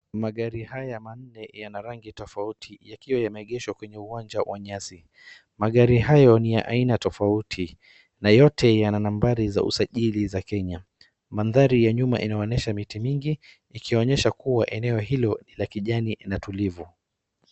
Magari haya manne yana rangi tofauti yakiwa yameegeshwa kwenye uwanja wa nyasi. Magari hayo ni ya aina tofauti na yote yana nambari za usajili za Kenya. Mandhari ya nyuma inaonyesha miti mingi ikionyesha kuwa eneo hilo ni la kijani na tulivu.